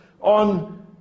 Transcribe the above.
on